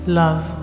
love